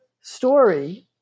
story